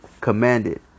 commanded